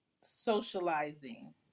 socializing